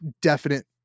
definite